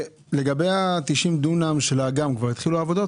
יש לי שאלה לגבי ה-90 דונם של האגם כבר התחילו העבודות?